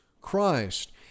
Christ